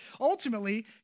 ultimately